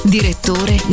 Direttore